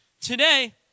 today